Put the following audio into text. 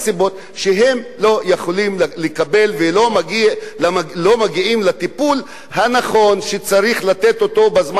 שהם לא יכולים לקבל ולא מגיעים לטיפול הנכון שצריך לתת אותו בזמן הנכון.